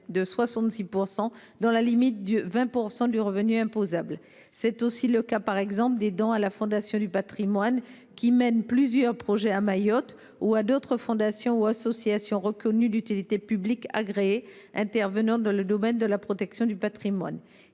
de 66 %, dans la limite de 20 % du revenu imposable. C’est le cas, par exemple, des dons à la Fondation du patrimoine, qui mène plusieurs projets à Mayotte, ou à d’autres fondations ou associations reconnues d’utilité publique agréées intervenant dans le domaine de la protection du patrimoine.